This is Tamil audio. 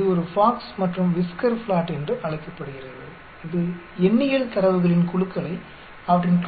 இது ஒரு பாக்ஸ் மற்றும் விஸ்கர் ப்ளாட் என்றும் அழைக்கப்படுகிறது இது எண்ணியல் தரவுகளின் குழுக்களை அவற்றின்